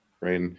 right